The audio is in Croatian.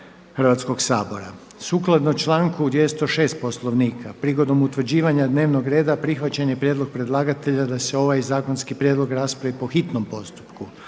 Hrvatskog sabora. Sukladno članku 206. Poslovnika prigodom utvrđivanja dnevnog reda prihvaćen je prijedlog predlagatelja da se ovaj zakonski prijedlog raspravi po hitnom postupku.